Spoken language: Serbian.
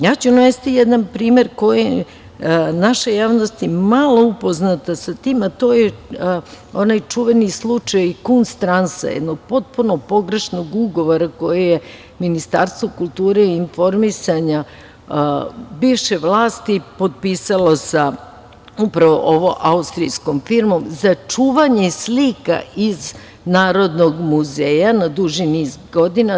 Ja ću navesti jedan primer sa kojim je naša javnost malo upoznata, a to je onaj čuveni slučaj „Kunsttransa“, jednog potpuno pogrešnog ugovora koji je Ministarstvo kulture i informisanja bivše vlasti potpisalo sa upravo ovom austrijskom firmom za čuvanje slika iz Narodnog muzeja na duži niz godina.